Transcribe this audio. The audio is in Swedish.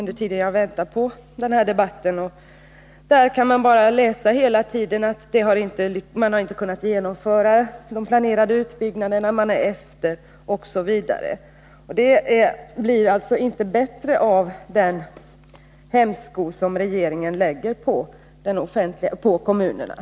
Där står det att de planerade utbyggnaderna inte har kunnat genomföras, att de släpar efter osv. Situationen blir alltså inte bättre av att regeringen lägger en hämsko på kommunerna.